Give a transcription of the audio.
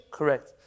Correct